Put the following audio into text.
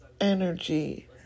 energy